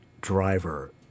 driver